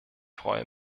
freue